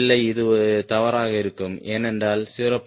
இல்லை இது தவறாக இருக்கும் ஏனென்றால் 0